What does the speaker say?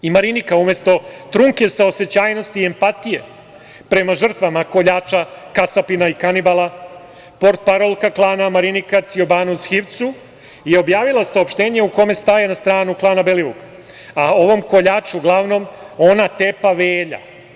I Marinika, umesto trunke saosećajnosti i empatije prema žrtvama koljača, kasapina i kanibala, portparolka klana Marinika Ciobanu Zhivcu je objavila saopštenje u kojem staje na stranu klana Belivuk, a ovom koljaču glavnom ona tepa - Velja.